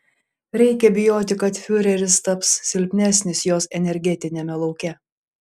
reikia bijoti kad fiureris taps silpnesnis jos energetiniame lauke